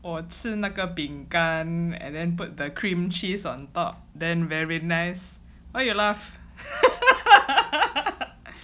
我吃那个饼干 and then put the cream cheese on top then very nice why you laugh